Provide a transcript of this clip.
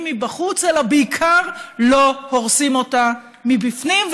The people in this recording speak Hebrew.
מבחוץ אלא בעיקר לא הורסים אותה מבפנים,